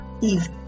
Eve